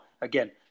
again